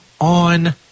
on